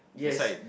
yes